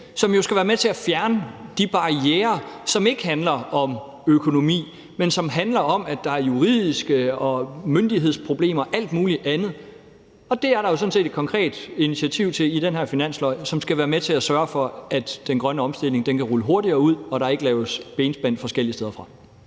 som skal være med til at fjerne de barrierer, som ikke handler om økonomi, men som handler om, at der er juridiske og myndighedsmæssige problemer, alt muligt andet. Det er jo sådan set et konkret initiativ i den her finanslov, og det skal være med til at sørge for, at den grønne omstilling kan rulle hurtigere ud og der ikke laves benspænd forskellige steder fra.